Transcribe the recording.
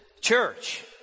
church